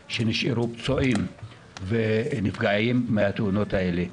האנשים שנשארו פצועים ונפגעו בתאונות האלה.